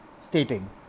stating